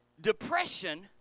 Depression